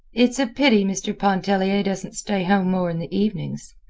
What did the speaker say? it's a pity mr. pontellier doesn't stay home more in the evenings.